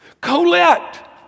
Colette